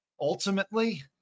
ultimately